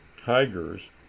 tigers